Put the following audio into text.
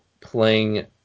playing